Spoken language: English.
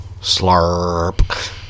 slurp